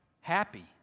happy